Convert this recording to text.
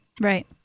Right